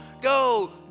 go